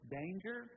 danger